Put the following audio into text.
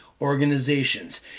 organizations